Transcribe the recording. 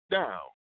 down